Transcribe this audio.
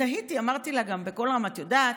תהיתי, אמרתי לה גם בקול רם: את יודעת,